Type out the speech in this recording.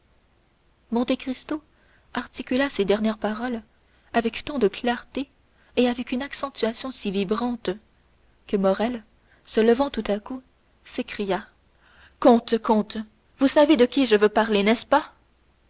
roi monte cristo articula ces dernières paroles avec tant de clarté et avec une accentuation si vibrante que morrel se levant tout à coup s'écria comte comte vous savez de qui je veux parler n'est-ce pas